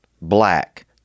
black